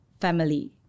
family